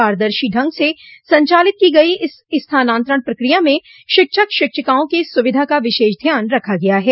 पारदर्शी ढंग से संचालित की गयी इस स्थानान्तरण प्रक्रिया में शिक्षक शिक्षिकाओं की सविधा का विशेष ध्यान रखा गया है